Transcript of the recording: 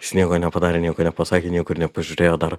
jis nepadarė nieko nepasakė niekur nepažiūrėjo dar